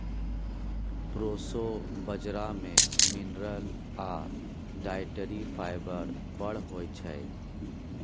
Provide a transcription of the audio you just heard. proso बजरा मे mineral आ डाइटरी फाइबर बड़ होइ छै